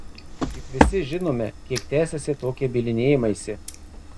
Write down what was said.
juk visi žinome kiek tęsiasi tokie bylinėjimaisi